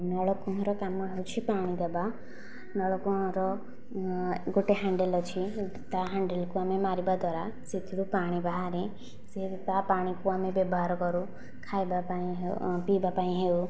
ନଳକୂଅ ର କାମ ହଉଛି ପାଣି ଦବା ନଳକୂଅର ଗୋଟେ ହାଣ୍ଡେଲ୍ ଅଛି ତା ହାଣ୍ଡେଲକୁ ଆମେ ମାରିବା ଦ୍ଵାରା ସେଥିରୁ ପାଣି ବାହାରେ ସେ ତା ପାଣିକୁ ଆମେ ବ୍ୟବହାର କରୁ ଖାଇବା ପାଇଁ ହେଉ ପିଇବା ପାଇଁ ହେଉ